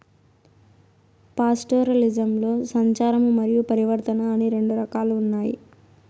పాస్టోరలిజంలో సంచారము మరియు పరివర్తన అని రెండు రకాలు ఉన్నాయి